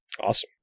Awesome